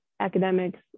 academics